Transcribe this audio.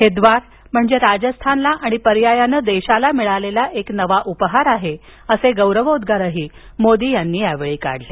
हे द्वार म्हणजे राजस्थानला आणि पर्यायाने देशाला मिळालेला एक नवा उपहार आहे असे गौरवोद्गारही मोदी यांनी काढले